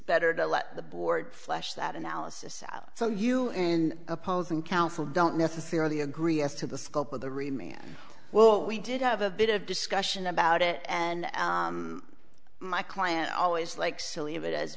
better to let the board flush that analysis out so you and opposing counsel don't necessarily agree as to the scope of the remaining well we did have a bit of discussion about it and my client always likes to leave it as